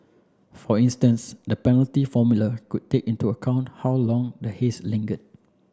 for instance the penalty formula could take into account how long the haze lingered